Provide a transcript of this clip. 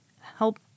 help